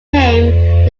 became